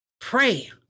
Pray